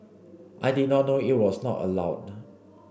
I did not know it was not allowed